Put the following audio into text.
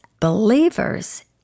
believers